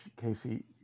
Casey